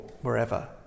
wherever